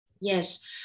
Yes